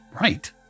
Right